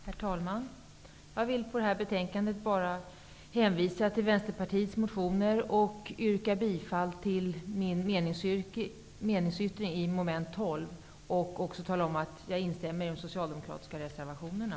Herr talman! Beträffande detta betänkande vill jag bara hänvisa till Vänsterpartiets motioner. Jag yrkar bifall till min meningsyttring avseende mom. 12. Vidare instämmer jag i vad som sägs i de socialdemokratiska reservationerna.